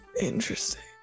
Interesting